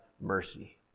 mercy